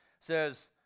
says